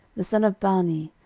the son of bani,